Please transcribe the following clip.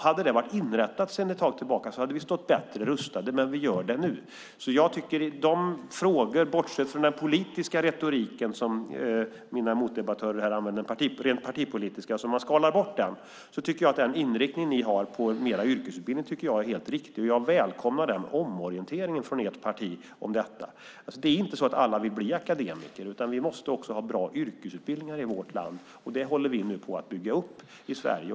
Hade den varit inrättad sedan ett tag tillbaka hade vi stått bättre rustade. Men vi gör det nu. Om man skalar bort den rent partipolitiska retoriken som mina motdebattörer här använder tycker jag att den inriktning som ni har på mer yrkesutbildning är helt riktig, och jag välkomnar den omorienteringen från ert parti om detta. Alla vill inte bli akademiker. Vi måste också ha bra yrkesutbildningar i vårt land, och det håller vi nu på att bygga upp i Sverige.